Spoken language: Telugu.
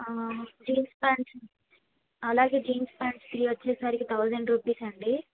జీన్స్ పాంట్స్ అలాగే జీన్స్ పాంట్స్కి వచ్చేసరికి థౌజండ్ రూపీస్ అండి